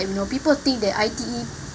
you know people think that I_T_E